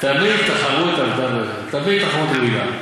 תמיד תחרות עבדה, תמיד תחרות ראויה.